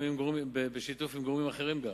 בשיתוף עם גורמים אחרים.